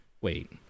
Wait